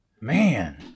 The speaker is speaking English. man